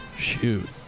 Shoot